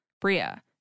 Bria